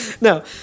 No